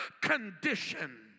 condition